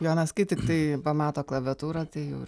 jonas kai tiktai pamato klaviatūrą tai jau ir